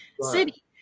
city